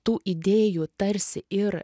tų idėjų tarsi ir